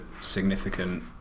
significant